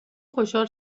خوشحال